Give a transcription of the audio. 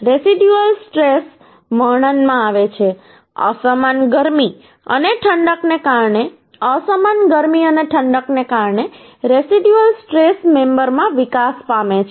residual સ્ટ્રેશવર્ણનમાં આવે છે અસમાન ગરમી અને ઠંડકને કારણે અસમાન ગરમી અને ઠંડકને કારણે રેસિડયુઅલ સ્ટ્રેશ મેમબરોમાં વિકાસ પામે છે